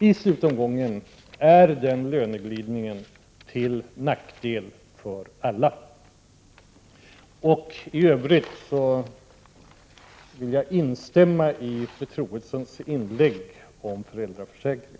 I slutomgången är den löneglidningen till nackdel för alla. IT övrigt vill jag instämma i fru Troedssons inlägg om föräldraförsäkringen.